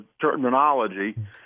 terminology